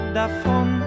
davon